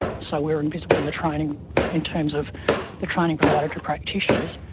so we were invisible in the training in terms of the training provided to practitioners,